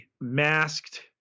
masked